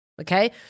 okay